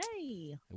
Yay